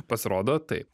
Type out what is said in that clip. pasirodo taip